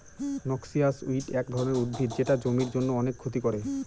noxious weed এক ধরনের উদ্ভিদ যেটা জমির জন্য অনেক ক্ষতি করে